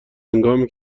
هنگامی